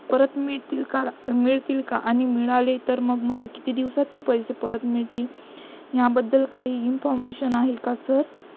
परत मिळतील का मिळतील का आणि मिळाले तर मग मला किती दिवसात ते पैसे परत मिळतील ह्याबद्दल काही इन्फॉर्मेशन आहे का सर